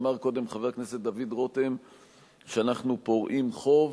אמר קודם חבר הכנסת דוד רותם שאנחנו פורעים חוב.